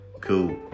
cool